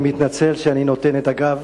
אני מתנצל שאני מפנה את הגב